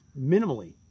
minimally